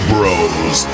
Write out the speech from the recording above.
Bros